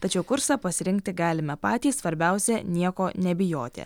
tačiau kursą pasirinkti galime patys svarbiausia nieko nebijoti